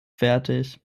fertig